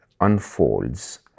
unfolds